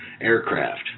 aircraft